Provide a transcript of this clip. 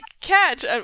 catch